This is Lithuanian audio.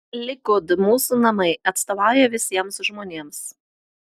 likud mūsų namai atstovauja visiems žmonėms